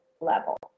level